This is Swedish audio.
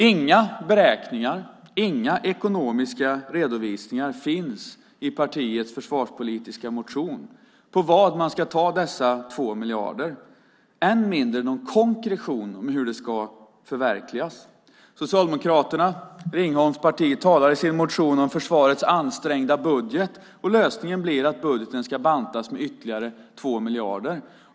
Inga beräkningar, inga ekonomiska redovisningar finns i partiets försvarspolitiska motion på varifrån man ska ta dessa 2 miljarder, än mindre någon konkretion om hur det ska förverkligas. Ringholms parti Socialdemokraterna talar i sin motion om försvarets ansträngda budget, och lösningen blir att budgeten ska bantas med ytterligare 2 miljarder.